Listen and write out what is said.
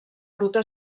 ruta